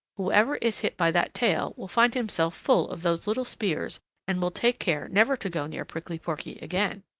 whoever is hit by that tail will find himself full of those little spears and will take care never to go near prickly porky again.